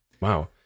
Wow